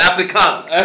Africans